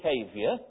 behaviour